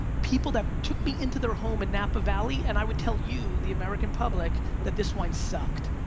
people that took me into their home in napa valley and i would tell you, the american public, that this wine sucked,